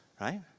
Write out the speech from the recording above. right